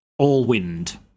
Allwind